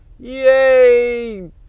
Yay